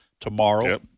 Tomorrow